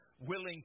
willing